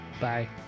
Bye